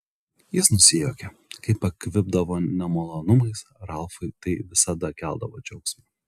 jis nusijuokė kai pakvipdavo nemalonumais ralfui tai visada keldavo džiaugsmą